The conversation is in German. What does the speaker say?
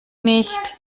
nicht